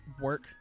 work